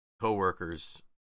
co-workers